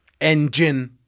Engine